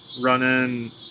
running